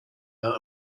out